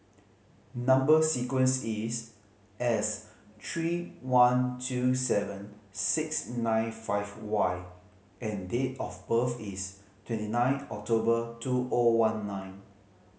number sequence is S three one two seven six nine five Y and date of birth is twenty nine October two O one nine